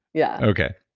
yeah okay.